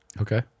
okay